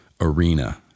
arena